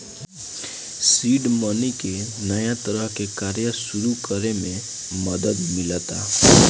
seed money से नया तरह के कार्य सुरू करे में मदद मिलता